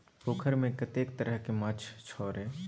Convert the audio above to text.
पोखैरमे कतेक तरहके माछ छौ रे?